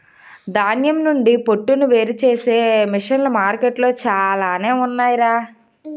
ధాన్యం నుండి పొట్టును వేరుచేసే మిసన్లు మార్కెట్లో చాలానే ఉన్నాయ్ రా